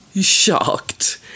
shocked